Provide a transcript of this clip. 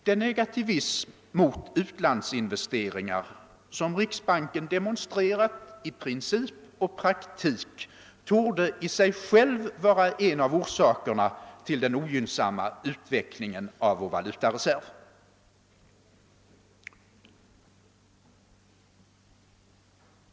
Den negativism som utlandsinvesteringar som riksbanken har demonstrerat i princip och praktik torde i sig själv vara en av orsakerna till den ogynnsamma utvecklingen av vår valutareserv.